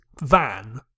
van